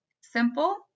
Simple